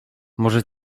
może